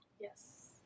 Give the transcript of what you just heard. yes